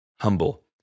humble